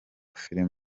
film